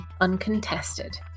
uncontested